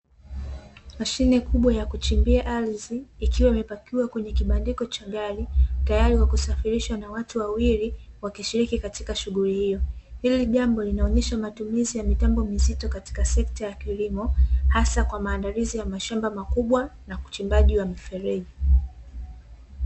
Mashine kubwa ya kuchimbia ardhi ikiwa imepakiwa kwenye kibandiko cha gari, tayari kwa kusafirishwa na watu wawili wakishiriki katika shughuli hiyo. Hili jambo linaonesha matumizi ya mitambo mizito katika sekta ya kilimo, hasa kwa maandalizi ya mashamba makubwa na uchimbaji wa mifereji.